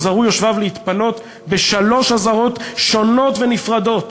הוזהרו יושביו להתפנות בשלוש אזהרות שונות ונפרדות.